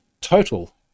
total